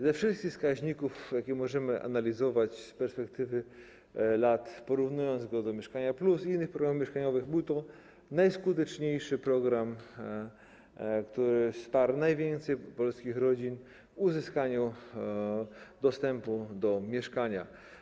Ze wszystkich wskaźników, jakie możemy analizować z perspektywy lat, porównując go do „Mieszkania+” i innych programów mieszkaniowych, wynika, że był to najskuteczniejszy program, który wsparł najwięcej polskich rodzin w uzyskaniu dostępu do mieszkania.